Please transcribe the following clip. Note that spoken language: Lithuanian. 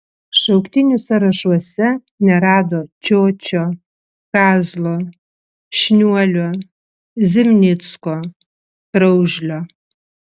šauktinių sąrašuose nerado čiočio kazlo šniuolio zimnicko kraužlio